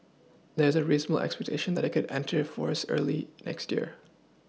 there's a reasonable expectation that it could enter force early next year